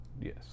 Yes